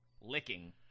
Licking